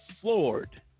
floored